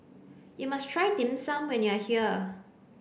you must try dim sum when you are here